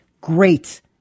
great